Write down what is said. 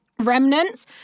remnants